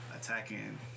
attacking